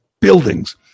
buildings